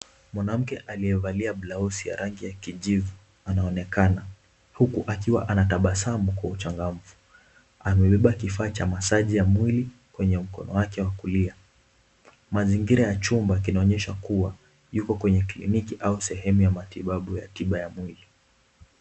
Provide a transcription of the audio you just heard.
Mwanamke aliyevalia blauzi ya rangi ya kijivu anaonekana huku akiwa anatabasamu kwa uchangamfu. Amebeba kifaa cha masaji ya mwili kwenye mkono wake wa kulia. Mazingira ya chumba kinaonyesha kuwa yuko kwenye kliniki au sehemu ya tiba ya mwili.